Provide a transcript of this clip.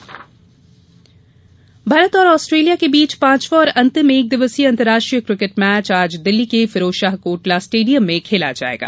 cricket Bharat और Australia के बीच पांचवां और अंतिम एक दिवसीय अंतर्राष्ट्रीय क्रिकेट मैच आज दिल्ली के फिरोजशाह कोटला स्टेडियम में खेला जाएगा